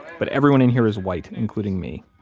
but everyone in here is white, including me.